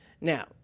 Now